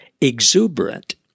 exuberant